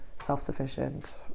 self-sufficient